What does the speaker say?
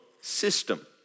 system